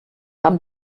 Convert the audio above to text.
haben